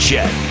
Jet